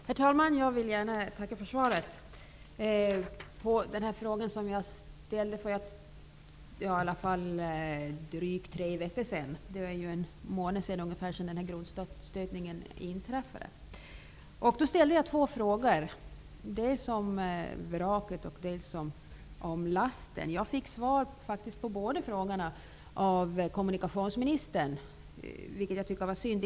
Herr talman! Jag vill gärna tacka för svaret på den här frågan, som jag ställde för i alla fall drygt tre veckor sedan. Det är ungefär en månad sedan grundstötningen inträffade. Jag frågade dels om vraket, dels om lasten, och jag fick faktiskt svar på båda dessa frågor av kommunikationsministern, vilket jag tycker var synd.